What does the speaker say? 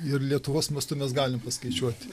ir lietuvos mastu mes galim paskaičiuoti